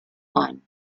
upon